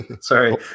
Sorry